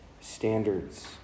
standards